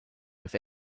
with